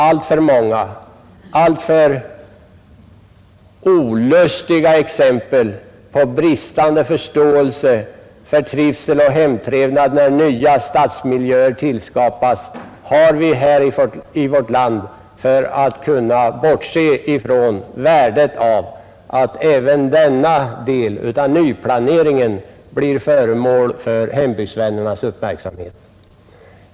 Alltför många, alltför olustiga exempel på bristande förståelse för trivsel och hemtrevnad när nya stadsmiljöer tillskapas har vi i vårt land för att kunna bortse från värdet av att även denna del av nyplaneringen blir föremål för hembygdsvännernas uppmärksamhet.